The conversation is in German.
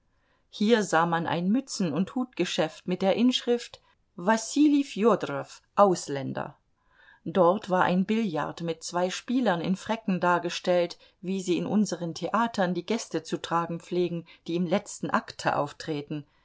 hier sah man ein mützen und hutgeschäft mit der inschrift wassilij fjodorow ausländer dort war ein billard mit zwei spielern in fräcken dargestellt wie sie in unseren theatern die gäste zu tragen pflegen die im letzten akte auftreten